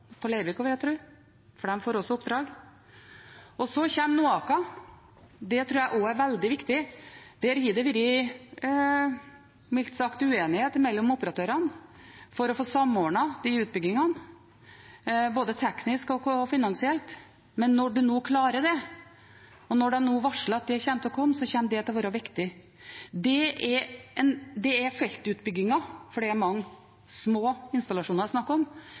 vil jeg tro, for de får også oppdrag. Så kommer NOAKA. Det tror jeg også er veldig viktig. Der har det vært mildt sagt uenighet mellom operatørene for å få samordnet utbyggingene, både teknisk og finansielt, men når de nå klarer det, og når de nå varsler at det vil komme, så kommer det til å være viktig. Dette er feltutbygginger – det er mange små installasjoner det er snakk om